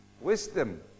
Wisdom